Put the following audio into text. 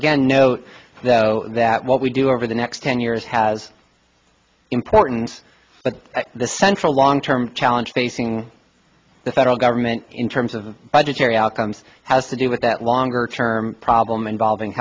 again note though that what we do over the next ten years has importance but the central long term challenge facing the federal government in terms of budgetary outcomes has to do with that longer term problem involving